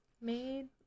made